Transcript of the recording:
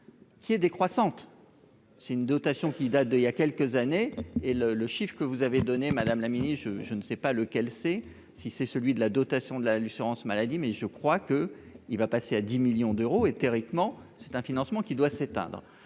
Qui est décroissante, c'est une dotation qui date de il y a quelques années et le le chiffre que vous avez donnée madame la mini-je je ne sais pas lequel c'est si c'est celui de la dotation de la licence maladie mais je crois que il va passer à 10 millions d'euros et théoriquement c'est un financement qui doit s'éteindre,